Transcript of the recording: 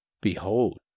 Behold